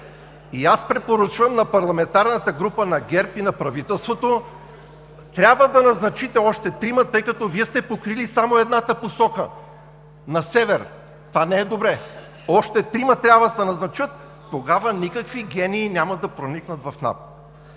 Аз препоръчвам на парламентарната група на ГЕРБ и на правителството – трябва да назначите още трима, тъй като Вие сте покрили само едната посока – на север, това не е добре. Още трима трябва да се назначат – тогава никакви гении няма да проникнат в НАП.